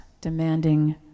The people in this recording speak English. demanding